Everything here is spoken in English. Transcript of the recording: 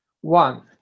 One